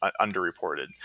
underreported